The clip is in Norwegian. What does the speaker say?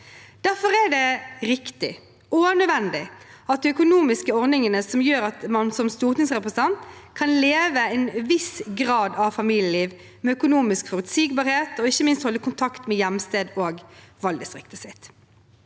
Derfor er det riktig og nødvendig at det er økonomiske ordninger som gjør at man som stortingsrepresentant kan leve en viss grad av familieliv, med økonomisk forutsigbarhet, og ikke minst holde kontakt med hjemstedet og valgdistriktet sitt.